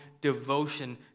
devotion